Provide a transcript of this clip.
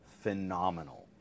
phenomenal